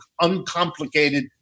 uncomplicated